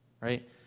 right